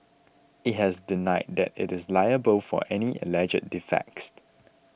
it has denied that it is liable for any alleged defects